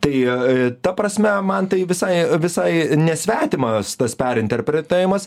tai ta prasme man tai visai visai nesvetimas tas perinterpretavimas